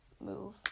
move